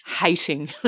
hating